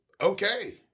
Okay